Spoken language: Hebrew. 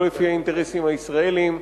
לא לפי האינטרסים הישראליים.